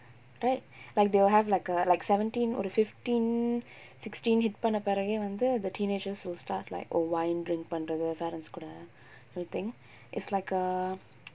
right like they'll have like uh like seventeen ஒரு:oru fifteen sixteen meet பண்ண பிறகே வந்து:panna piragae vanthu until the teenagers will start like a wine drink பண்றது:panrathu parents கூட:kooda the thing is like a